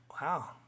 Wow